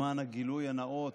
למען הגילוי הנאות,